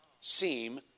seem